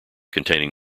containing